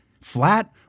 flat